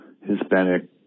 Hispanic